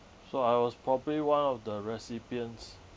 so I was probably one of the recipients